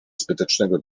zbytecznego